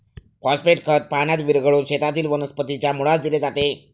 phosphate खत पाण्यात विरघळवून शेतातील वनस्पतीच्या मुळास दिले जाते